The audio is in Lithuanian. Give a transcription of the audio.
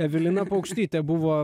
evelina paukštytė buvo